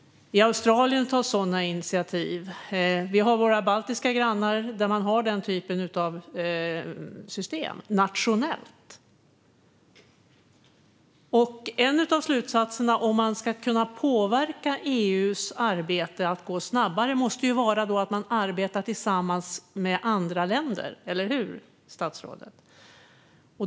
I Australien tas sådana initiativ. Vi har våra baltiska grannar, där man har den typen av system nationellt. En av slutsatserna om man ska kunna påverka EU:s arbete att gå snabbare måste vara att man arbetar tillsammans med andra länder - eller hur, statsrådet?